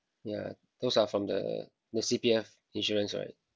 yeah those are from the the C_P_F insurance right